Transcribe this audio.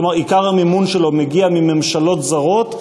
כלומר עיקר המימון שלו מגיע מממשלות זרות,